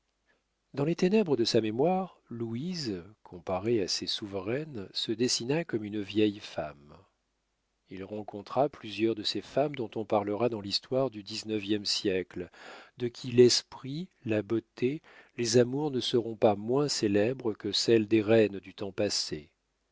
dans les ténèbres de sa mémoire louise comparée à ces souveraines se dessina comme une vieille femme il rencontra plusieurs de ces femmes dont on parlera dans l'histoire du dix-neuvième siècle de qui l'esprit la beauté les amours ne seront pas moins célèbres que celles des reines du temps passé